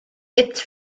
its